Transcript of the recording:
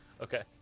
Okay